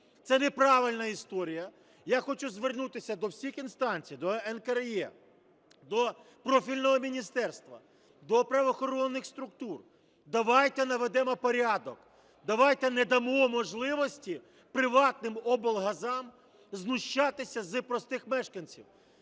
Це неправильна історія. Я хочу звернутися до всіх інстанцій: до НКРЕ, до профільного міністерства, до правоохоронних структур – давайте наведемо порядок, давайте не дамо можливості приватним облгазам знущатися з простих мешканців,